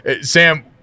Sam